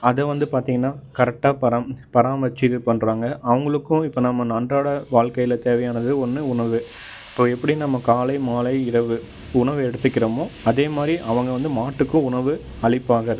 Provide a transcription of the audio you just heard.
அதை வந்து பார்த்தீங்கன்னா கரெக்டாக பராம் பராமரிச்சிகிட்டு பண்ணுறாங்க அவங்களுக்கும் இப்போ நம்ம அன்றாட வாழ்க்கையில் தேவையானது ஒன்று உணவு இப்போ எப்படி நம்ம காலை மாலை இரவு உணவு எடுத்துக்கிறமோ அதே மாதிரி அவங்க வந்து மாட்டுக்கு உணவு அளிப்பாங்க